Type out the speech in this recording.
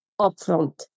upfront